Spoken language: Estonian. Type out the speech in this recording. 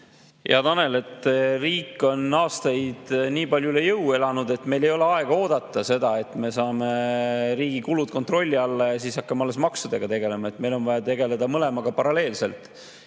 Hea Tanel! Riik on aastaid nii palju üle jõu elanud, et meil ei ole aega oodata seda, et me saame riigi kulud kontrolli alla ja alles siis hakkame maksudega tegelema. Meil on vaja tegeleda mõlemaga paralleelselt